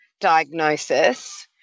diagnosis